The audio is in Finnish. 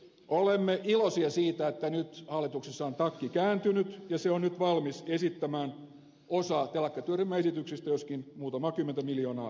olemme iloisia siitä että nyt hallituksessa on takki kääntynyt ja se on nyt valmis esittämään osaa telakkatyöryhmän esityksistä joskin muutamaa kymmentä miljoonaa vähemmän